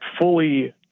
fully